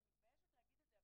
אני מתביישת להגיד את זה,